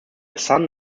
son